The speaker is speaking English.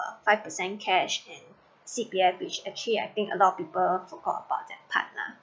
five percent cash and C_P_F which actually I think a lot of people forgot about that part lah